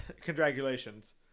congratulations